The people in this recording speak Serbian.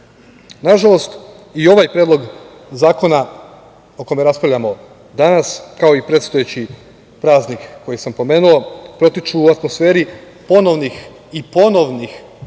simbole. Nažalost, i ovaj predlog zakona o kome raspravljamo danas, kao i predstojeći praznik koji sam pomenuo protiču u atmosferi ponovnih i ponovnih